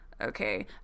okay